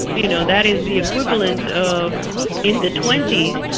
you know, that is the equivalent of in the twenty